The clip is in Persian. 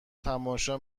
تماشا